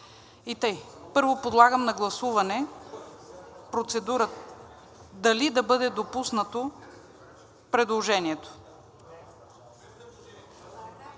Първо подлагам на гласуване процедурата дали да бъде допуснато предложението